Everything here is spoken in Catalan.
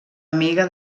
amiga